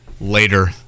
later